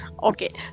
Okay